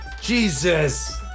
Jesus